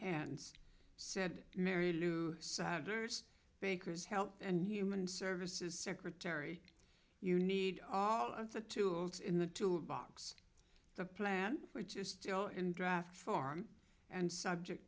hands said mary lou satyrs baker's health and human services secretary you need all of the tools in the tool box the plan which is still in draft form and subject